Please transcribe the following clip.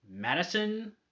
Madison